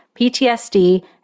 PTSD